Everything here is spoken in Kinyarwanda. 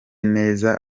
neza